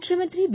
ಮುಖ್ಯಮಂತ್ರಿ ಬಿ